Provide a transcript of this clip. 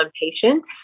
impatient